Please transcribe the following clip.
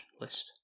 list